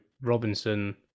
Robinson